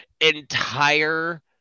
entire